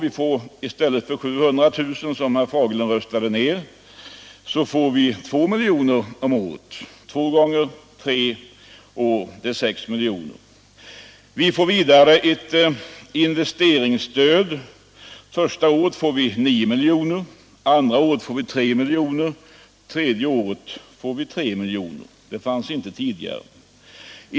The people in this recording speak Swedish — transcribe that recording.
I stället för 700 000 kr., som herr Fagerlund röstade ned, får vi 2 miljoner om året. Vi får vidare ett investeringsstöd. Första året får vi 9 miljoner, andra året 3 och tredje året 3 miljoner. Det fanns inte tidigare.